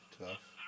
Tough